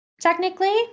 technically